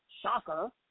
shocker